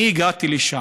הגעתי לשם,